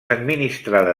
administrada